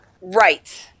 Right